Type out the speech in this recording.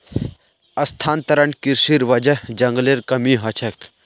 स्थानांतरण कृशिर वजह जंगलेर कमी ह छेक